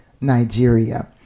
Nigeria